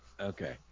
Okay